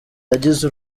yagize